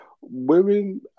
Women